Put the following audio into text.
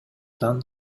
таң